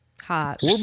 hot